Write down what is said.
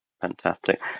Fantastic